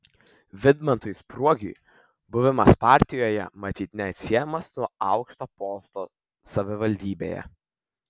vidmantui spruogiui buvimas partijoje matyt neatsiejamas nuo aukšto posto savivaldybėje